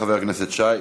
תודה, חבר הכנסת שי.